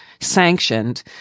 sanctioned